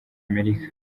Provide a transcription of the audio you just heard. amerika